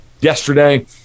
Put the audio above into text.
yesterday